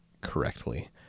correctly